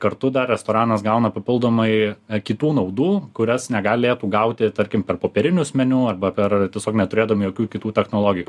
kartu dar restoranas gauna papildomai kitų naudų kurias negalėtų gauti tarkim per popierinius meniu arba per tiesiog neturėdami jokių kitų technologijų